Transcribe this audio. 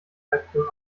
rightful